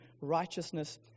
righteousness